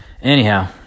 Anyhow